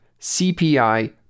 CPI